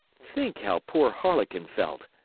think how poor harlequin felt!